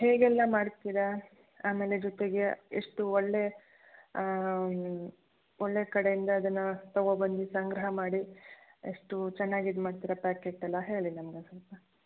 ಹೇಗೆಲ್ಲ ಮಾಡ್ತೀರ ಆಮೇಲೆ ಜೊತೆಗೆ ಎಷ್ಟು ಒಳ್ಳೆಯ ಒಳ್ಳೆಯ ಕಡೆಯಿಂದ ಅದನ್ನ ತಗೋಬಂದು ಸಂಗ್ರಹ ಮಾಡಿ ಎಷ್ಟು ಚನ್ನಾಗಿ ಇದು ಮಾಡ್ತೀರ ಪ್ಯಾಕೆಟ್ ಎಲ್ಲ ಹೇಳಿ ನಮ್ಗೊಂದು ಸ್ವಲ್ಪ